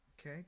Okay